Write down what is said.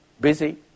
busy